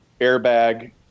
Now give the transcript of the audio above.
airbag